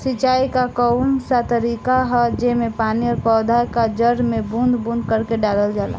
सिंचाई क कउन सा तरीका ह जेम्मे पानी और पौधा क जड़ में बूंद बूंद करके डालल जाला?